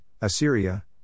Assyria